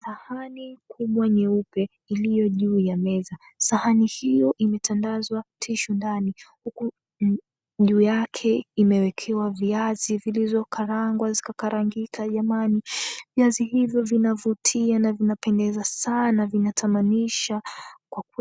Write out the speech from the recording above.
Sahani kubwa nyeupe iliyo juu ya meza, sahani hiyo imetandazwa tishu ndani huku juu yake imewekewa viazi vilizokarangwa zikakarangika jameni, viazi hzo vinavutia na vinapendeza sana vinatamanisha kwa kweli.